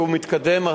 שהוא מתקדם,